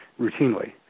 routinely